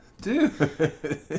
Dude